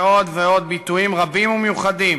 ועוד ועוד ביטויים רבים ומיוחדים